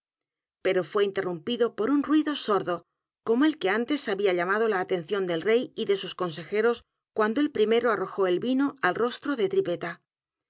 pero fué interrumpido por un ruido sordo como el que antes había llamado la atención del rey y iiop frog de sus consejeros cuando el primero arrojó el vino al rostro de tripetta